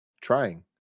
Trying